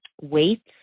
weights